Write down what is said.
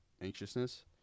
anxiousness